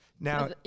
Now